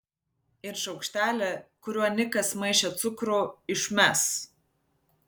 ir šaukštelį kuriuo nikas maišė cukrų išmes